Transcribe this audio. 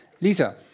Lisa